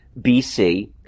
BC